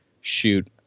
shoot